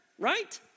Right